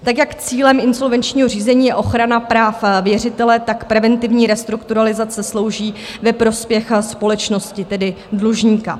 Tak, jak cílem insolvenčního řízení je ochrana práv věřitele, preventivní restrukturalizace slouží ve prospěch společnosti, tedy dlužníka.